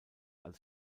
als